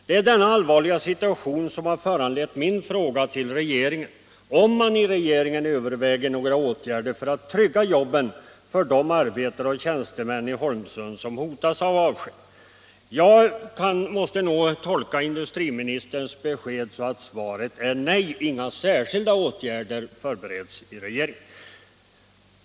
Det är denna allvarliga situation som föranlett min fråga till regeringen om regeringen överväger några åtgärder för att trygga jobben för de arbetare och tjänstemän i Holmsund som hotas av avsked. Jag måste nog tolka industriministerns besked som att svaret är: Nej, inga särskilda åtgärder förbereds i regeringen.